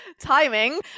timing